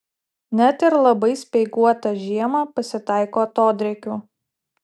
net ir labai speiguotą žiemą pasitaiko atodrėkių